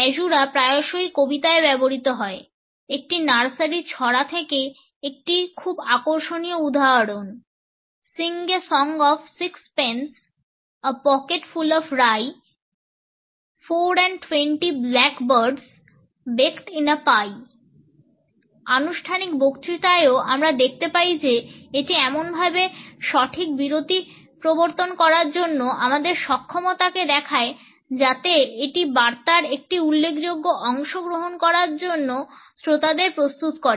caesura প্রায়শই কবিতায় ব্যবহৃত হয় একটি নার্সারি ছড়া থেকে একটি খুব আকর্ষণীয় উদাহরণ "Sing a song of six pence A pocket full of ryeFour and twenty blackbirdsBaked in a pie" আনুষ্ঠানিক বক্তৃতায়ও আমরা দেখতে পাই যে এটি এমনভাবে একটি সঠিক বিরতি প্রবর্তন করার জন্য আমাদের সক্ষমতাকে দেখায় যাতে এটি বার্তার একটি উল্লেখযোগ্য অংশ গ্রহণ করার জন্য শ্রোতাদের প্রস্তুত করে